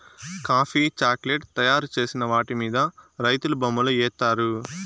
coffee chocolate తయారు చేసిన వాటి మీద రైతులు బొమ్మలు ఏత్తారు